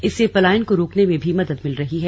इससे पलायन को रोकने में भी मदद मिल रही है